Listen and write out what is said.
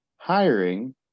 hiring